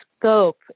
scope